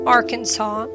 Arkansas